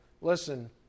listen